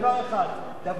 דבר שני,